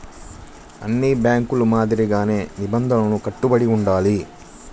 అన్ని బ్యేంకుల మాదిరిగానే నిబంధనలకు కట్టుబడి ఉండాలి